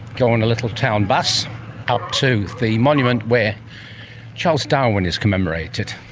go on a little town bus up to the monument where charles darwin is commemorated.